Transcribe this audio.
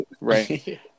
Right